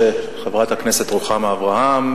חברת הכנסת רוחמה אברהם,